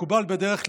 מקובל בדרך כלל,